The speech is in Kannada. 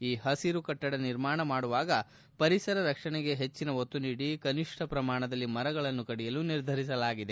ಈ ಪಸಿರು ಕಟ್ಟಡ ನಿರ್ಮಾಣ ಮಾಡುವಾಗ ಪರಿಸರ ರಕ್ಷಣೆಗೆ ಹೆಚ್ಚಿನ ಒತ್ತು ನೀಡಿ ಕನಿಷ್ನ ಪ್ರಮಾಣದಲ್ಲಿ ಮರಗಳನ್ನು ಕಡಿಯಲು ನಿರ್ಧರಿಸಲಾಗಿದೆ